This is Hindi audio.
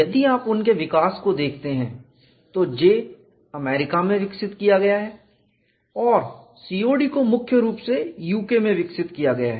यदि आप उनके विकास को देखते हैं तो J अमेरिका में विकसित किया गया है और COD को मुख्य रूप से यूके में विकसित किया गया है